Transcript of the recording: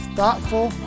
thoughtful